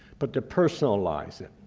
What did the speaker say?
but to personalize it.